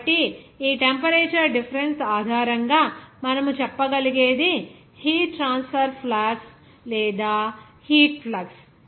కాబట్టి ఈ temperature difference ఆధారంగా మనము చెప్పగలిగేది హీట్ ట్రాన్స్ఫర్ ఫ్లక్స్ లేదా హీట్ ఫ్లక్స్